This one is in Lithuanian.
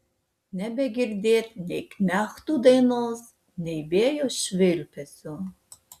nebegirdėt nei knechtų dainos nei vėjo švilpesio